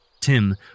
Tim